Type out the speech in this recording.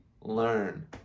learn